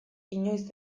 inoiz